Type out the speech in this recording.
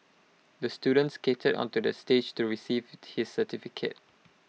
the student skated onto the stage to receive his certificate